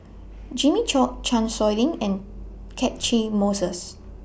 Jimmy Chok Chan Sow Lin and Catchick Moses